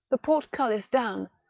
the portcullis down,